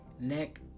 neck